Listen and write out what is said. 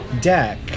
deck